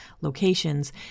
locations